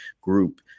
group